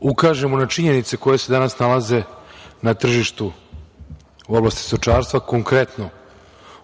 ukažemo na činjenice koje se danas nalaze na tržištu u oblasti stočarstva. Konkretno